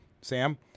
Sam